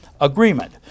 agreement